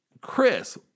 Chris